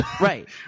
right